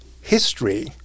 history